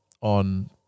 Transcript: on